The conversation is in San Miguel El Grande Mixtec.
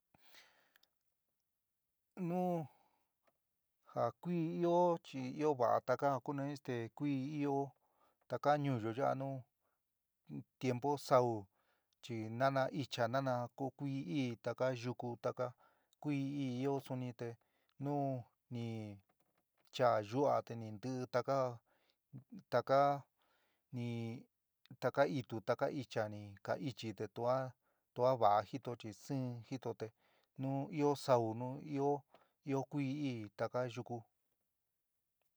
Nu ja kuí ɨó chi ɨó va'a taka ja ku esté ja kuí ɨó taka ñuúyo ya'a nuú tiempu sa'u chi naná icha naná, ko kui ɨí taka yuku taka kuí ɨi ɨó suni te nu ni chaá yu'á te ni ntɨi taka taka ni, taka itu, taka icha, ni ka ichi te tua tua va'a jito chi sɨɨn jito te nu ɨó sa'u nu ɨó ɨó kuí ɨɨ taka yuku.